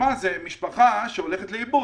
זאת משפחה שהולכת לאיבוד.